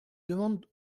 demande